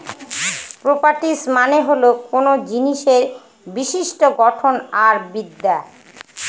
properties মানে হল কোনো জিনিসের বিশিষ্ট্য গঠন আর বিদ্যা